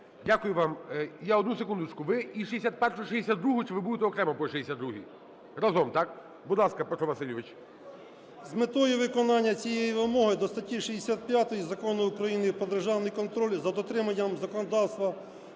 Дякую вам. Я… Одну секундочку. Ви і 61-у, і 62-у, чи ви будете окремо по 62-й? Разом, так? Будь ласка, Петро Васильович. 10:14:31 ЮРЧИШИН П.В. З метою виконання цієї вимоги до статті 65 Закону України "Про державний контроль за дотриманням законодавства